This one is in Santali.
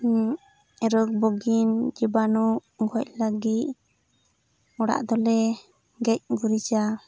ᱨᱳᱜ ᱵᱤᱜᱷᱤᱱ ᱡᱤᱵᱟᱱᱩ ᱜᱚᱡ ᱞᱟᱹᱜᱤᱫ ᱚᱲᱟᱜ ᱫᱚᱞᱮ ᱜᱮᱡ ᱜᱩᱨᱤᱡᱟ